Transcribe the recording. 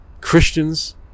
christians